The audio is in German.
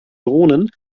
drohnen